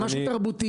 זה משהו תרבותי,